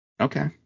Okay